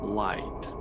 light